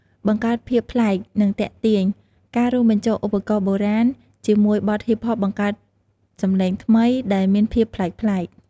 បង្កើតភាពប្លែក និងទាក់ទាញ ការរួមបញ្ចូលឧបករណ៍បុរាណជាមួយបទហ៊ីបហបបង្កើតសម្លេងថ្មី ដែលមានភាពប្លែកៗ។